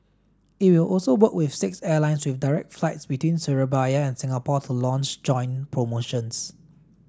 it will also work with six airlines with direct flights between Surabaya and Singapore to launch joint promotions